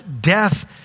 death